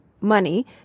money